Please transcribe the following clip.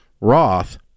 Roth